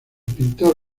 pintor